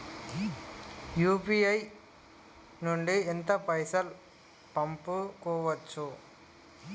UPI నుండి ఎంత పైసల్ పంపుకోవచ్చు?